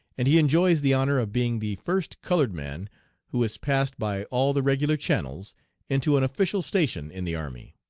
and he enjoys the honor of being the first colored man who has passed by all the regular channels into an official station in the army.